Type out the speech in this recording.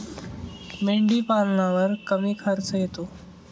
मेंढीपालनावर कमी खर्च येतो